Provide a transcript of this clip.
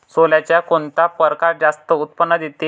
सोल्याचा कोनता परकार जास्त उत्पन्न देते?